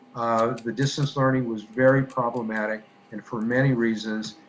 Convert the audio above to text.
the distance learning was very problematic and for many reasons,